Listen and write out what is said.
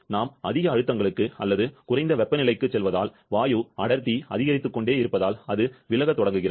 நாம் அதிக அழுத்தங்களுக்கு அல்லது குறைந்த வெப்பநிலைக்குச் செல்வதால் வாயு அடர்த்தி அதிகரித்துக்கொண்டே இருப்பதால் அது விலகத் தொடங்குகிறது